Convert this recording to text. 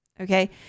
Okay